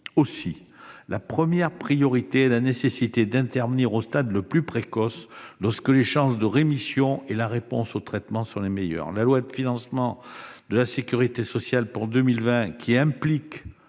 Aussi, la première priorité est la nécessité d'intervenir au stade le plus précoce, lorsque les chances de rémission et la réponse aux traitements sont les meilleures. La loi de financement de la sécurité sociale pour 2020, qui prévoit